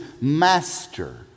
master